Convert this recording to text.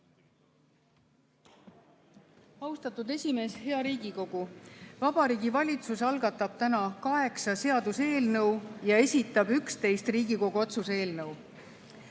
Austatud esimees! Hea Riigikogu! Vabariigi Valitsus algatab täna kaheksa seaduseelnõu ja esitab 11 Riigikogu otsuse eelnõu.